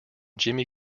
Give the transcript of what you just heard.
jimmy